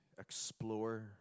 explore